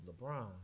LeBron